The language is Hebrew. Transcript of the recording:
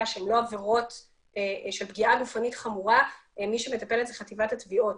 שהן לא עבירות של פגיעה גופנית חמורה מי שמטפלת זו חטיבת התביעות,